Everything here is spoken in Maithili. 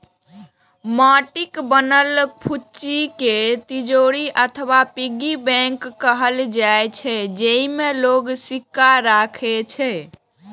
माटिक बनल फुच्ची कें तिजौरी अथवा पिग्गी बैंक कहल जाइ छै, जेइमे लोग सिक्का राखै छै